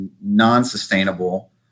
non-sustainable